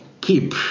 keep